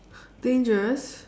dangerous